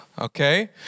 Okay